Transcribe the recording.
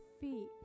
feet